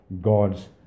God's